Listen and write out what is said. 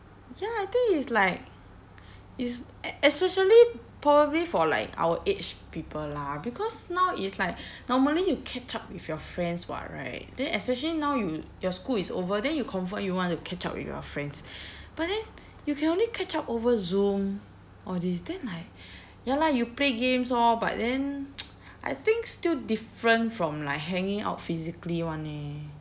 ya I think it's like it's especially probably for like our age people lah because now it's like normally you catch up with your friends [what] right then especially now you your school is over then you confirm you want to catch up with your friends but then you can only catch up over Zoom all this then like ya lah you play games orh but then I think still different from like hanging out physically [one] eh